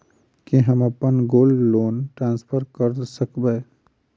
की हम अप्पन gold loan transfer करऽ सकबै?